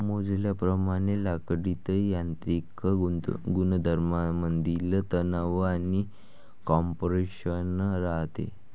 मोजल्याप्रमाणे लाकडीत यांत्रिक गुणधर्मांमधील तणाव आणि कॉम्प्रेशन राहते